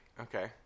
Okay